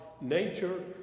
nature